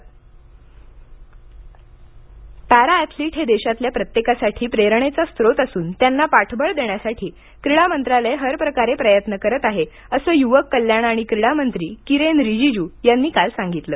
Rijiju para athlete हे देशातल्या प्रत्येकासाठी प्रेरणेचा स्त्रोत असून त्यांना पाठबळ देण्यासाठी क्रीडा मंत्रालय हरप्रकारे प्रयत्न करत आहे असं युवक कल्याण आणि क्रीडा मंत्री किरेन रीजिजू यांनी काल सांगितलं